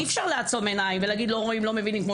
אי אפשר לעצום עיניים ולהגיד לא רואים, לא מבינים.